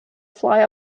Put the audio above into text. fly